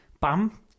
bam